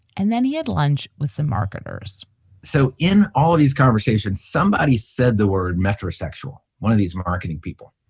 and then he had lunch with some marketers so in all of these conversations, somebody said the word metrosexual. one of these marketing people.